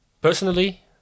personally